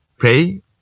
play